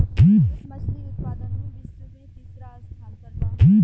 भारत मछली उतपादन में विश्व में तिसरा स्थान पर बा